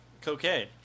Cocaine